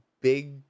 big